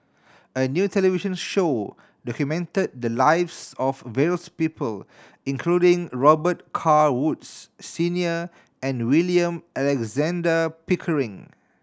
a new television show documented the lives of various people including Robet Carr Woods Senior and William Alexander Pickering